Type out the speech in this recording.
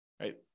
right